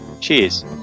cheers